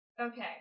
Okay